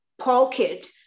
pocket